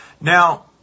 Now